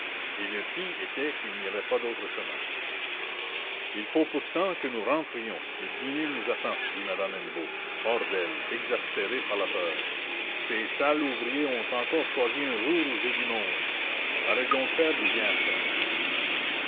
et le pis était qu'il n'y avait pas d'autre chemin il faut pourtant que nous rentrions le dîner nous attend dit madame hennebeau hors d'elle exaspérée par la peur ces sales ouvriers ont encore choisi un jour où j'ai du monde allez donc faire du bien à ça